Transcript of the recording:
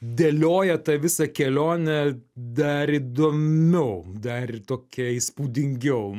dėlioja tą visą kelionę dar įdomiau dar ir tokią įspūdingiau